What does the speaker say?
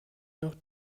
noch